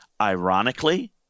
ironically